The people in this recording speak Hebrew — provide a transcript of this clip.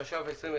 התש"ף-2020,